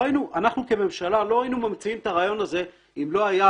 אנחנו כממשלה לא היינו ממציאים את הרעיון הזה אם לא הייתה